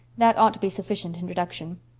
that ought to be sufficient introduction.